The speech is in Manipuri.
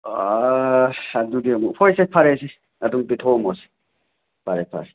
ꯑꯁ ꯑꯗꯨꯗꯤ ꯑꯃꯨꯛ ꯍꯣꯏꯁꯦ ꯐꯔꯦꯁꯦ ꯑꯗꯨꯝ ꯄꯤꯊꯣꯛꯑꯝꯃꯣꯁꯦ ꯐꯔꯦ ꯐꯔꯦ